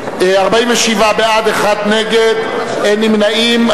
47 בעד, אחד נגד, אין נמנעים.